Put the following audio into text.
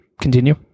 continue